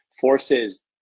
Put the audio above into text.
forces